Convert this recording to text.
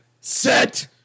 set